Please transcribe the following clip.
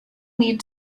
need